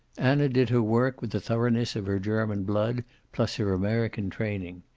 anna did her work with the thoroughness of her german blood plus her american training.